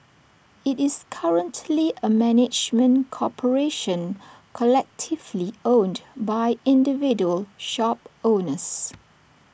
IT is currently A management corporation collectively owned by individual shop owners